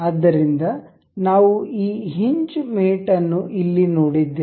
ಆದ್ದರಿಂದ ನಾವು ಈ ಹಿಂಜ್ ಮೇಟ್ ಅನ್ನು ಇಲ್ಲಿ ನೋಡಿದ್ದೇವೆ